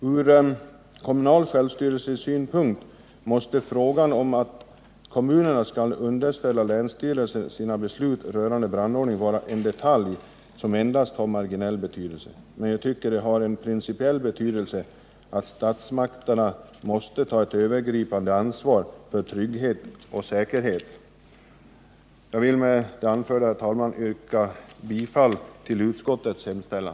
Från kommunal självstyrelsesynpunkt måste frågan om att kommunerna skall underställa länsstyrelsen sina beslut rörande brandordning vara en detalj av endast marginell betydelse. Men jag tycker det är av principiell betydelse att statsmakterna tar ett övergripande ansvar för trygghet och säkerhet. Herr talman, jag vill med det anförda yrka bifall till utskottets hemställan.